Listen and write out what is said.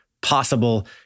possible